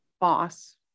boss